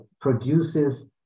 produces